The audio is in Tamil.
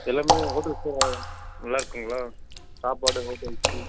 எல்லாமே ஹோட்டல்ஸ்லாம் நல்லாயிருக்குங்களா சாப்பாடு ஹோட்டல்ஸு